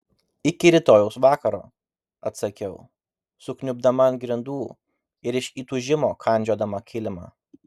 iki rytojaus vakaro atsakiau sukniubdama ant grindų ir iš įtūžimo kandžiodama kilimą